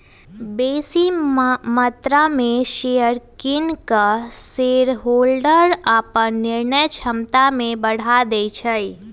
बेशी मत्रा में शेयर किन कऽ शेरहोल्डर अप्पन निर्णय क्षमता में बढ़ा देइ छै